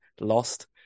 lost